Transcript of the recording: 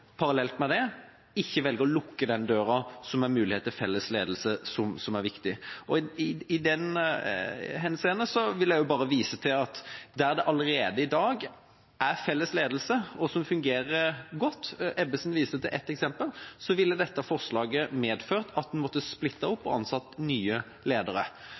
parallelt med det, ikke velger å lukke den døra som er mulighet til felles ledelse, er noe som er viktig. I det henseendet vil jeg også vise til at der det allerede i dag er felles ledelse, og som fungerer godt – Ebbesen viste til et eksempel – ville dette forslaget medført at en måtte splittet opp og ansatt nye ledere.